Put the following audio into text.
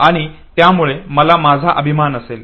आणि यामुळे मला माझा अभिमान असेल